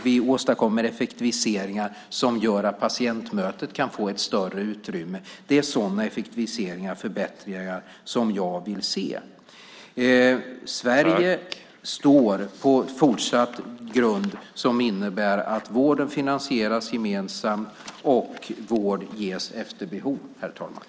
Vi åstadkommer alltså effektiviseringar som gör att patientmötet kan få ett större utrymme. Det är sådana effektiviseringar och förbättringar som jag vill se. Sverige står fortsatt på en grund som innebär att vården finansieras gemensamt och att vård ges efter behov, herr talman.